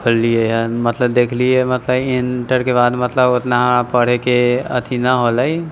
खोललियै हऽ मतलब देखलियै मतलब इन्टरके बाद मतलब ओतना पढ़ैके अथी नहि होलय